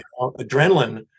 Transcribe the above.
adrenaline